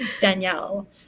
Danielle